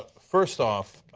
first off,